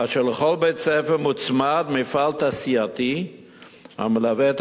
כאשר לכל בית-ספר מוצמד מפעל תעשייתי המלווה את